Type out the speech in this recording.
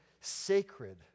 sacred